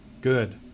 good